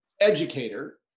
educator